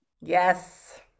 Yes